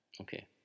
Okay